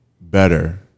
better